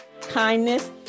kindness